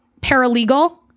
paralegal